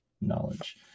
knowledge